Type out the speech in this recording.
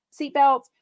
seatbelts